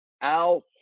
Al